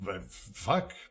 fuck